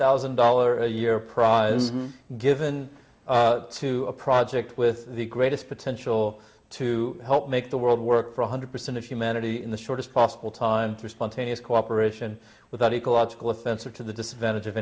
thousand dollars a year prize given to a project with the greatest potential to help make the world work for one hundred percent of humanity in the shortest possible time through spontaneous cooperation without ecological offense or to the disadvantage of